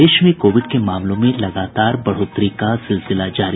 प्रदेश में कोविड के मामलों में लगातार बढ़ोतरी का सिलसिला जारी